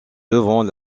devant